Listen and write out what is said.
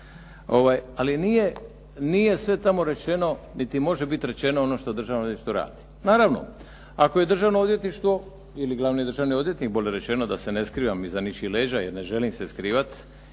Ali nije sve tamo rečeno niti može biti rečeno ono što Državno odvjetništvo radi. Naravno, ako je Državno odvjetništvo ili glavni državni odvjetnik bolje rečeno da se ne skrivam iza nečijih leđa jer ne želim se skrivati